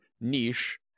niche